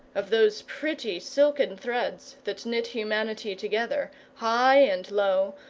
of those pretty silken threads that knit humanity together, high and low,